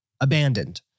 abandoned